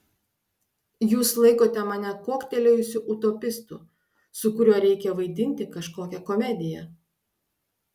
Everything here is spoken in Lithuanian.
jūs laikote mane kuoktelėjusiu utopistu su kuriuo reikia vaidinti kažkokią komediją